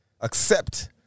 accept